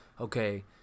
okay